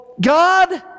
God